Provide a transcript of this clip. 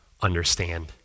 understand